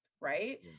right